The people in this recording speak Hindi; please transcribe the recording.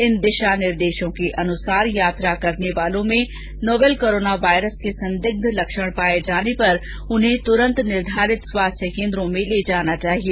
इन दिशा निर्देशों के अनुसार यात्रा करने वालों में नोवेल कोरोना वायरस के संदिग्ध लक्षण पाये जाने पर उन्हें तरन्त निर्धारित स्वास्थ्य केन्द्रो में ले जाना चाहिए